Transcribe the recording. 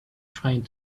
trying